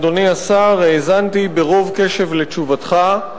תודה רבה, אדוני השר, האזנתי ברוב קשב לתשובתך,